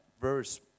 verse